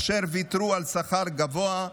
אשר ויתרו על שכר גבוה,